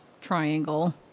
triangle